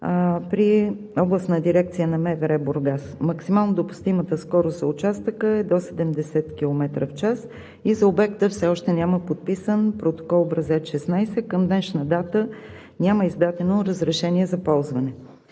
при Областна дирекция на МВР – Бургас. Максимално допустимата скорост за участъка е до 70 км в час и за обекта все още няма подписан Протокол – образец № 16. Към днешна дата няма издадено разрешение за ползване.